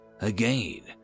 Again